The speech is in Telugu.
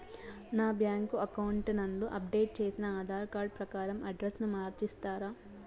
నా బ్యాంకు అకౌంట్ నందు అప్డేట్ చేసిన ఆధార్ కార్డు ప్రకారం అడ్రస్ ను మార్చిస్తారా?